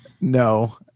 No